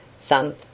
Thump